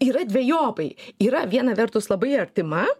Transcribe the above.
yra dvejopai yra viena vertus labai artima